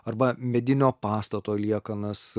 arba medinio pastato liekanas